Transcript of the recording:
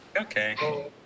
Okay